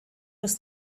was